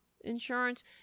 insurance